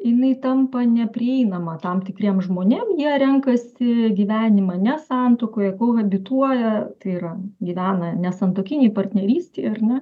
jinai tampa neprieinama tam tikriem žmonėm jie renkasi gyvenimą ne santuokoje kohabituoja tai yra gyvena nesantuokinėj partnerystėj ar ne